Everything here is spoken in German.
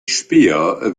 späher